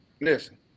Listen